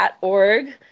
org